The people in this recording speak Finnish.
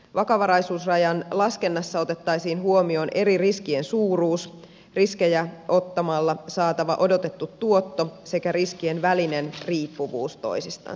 vakavaraisuusrajan laskennassa otettaisiin huomioon eri riskien suuruus riskejä ottamalla saatava odotettu tuotto sekä riskien välinen riippuvuus toisistansa